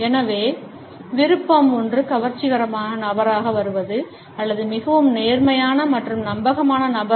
எனவே விருப்பம் ஒன்று கவர்ச்சிகரமான நபராக வருவது அல்லது மிகவும் நேர்மையான மற்றும் நம்பகமான நபர்